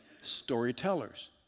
storytellers